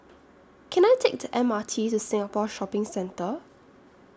Can I Take The M R T to Singapore Shopping Centre